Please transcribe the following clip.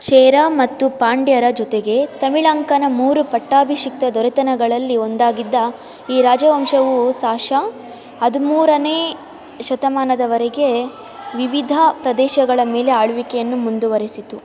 ಚೇರ ಮತ್ತು ಪಾಂಡ್ಯರ ಜೊತೆಗೆ ತಮಿಳಕಂನ ಮೂರು ಪಟ್ಟಾಭಿಷಿಕ್ತ ದೊರೆತನಗಳಲ್ಲಿ ಒಂದಾಗಿದ್ದ ಈ ರಾಜವಂಶವು ಸಾಶ ಹದಿಮೂರನೇ ಶತಮಾನದವರೆಗೆ ವಿವಿಧ ಪ್ರದೇಶಗಳ ಮೇಲೆ ಆಳ್ವಿಕೆಯನ್ನು ಮುಂದುವರೆಸಿತು